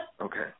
Okay